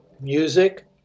music